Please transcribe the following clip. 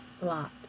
lot